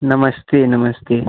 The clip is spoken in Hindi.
नमस्ते नमस्ते